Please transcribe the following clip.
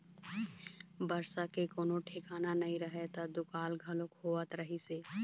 बरसा के कोनो ठिकाना नइ रहय त दुकाल घलोक होवत रहिस हे